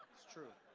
it's true.